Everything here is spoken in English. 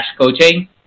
coaching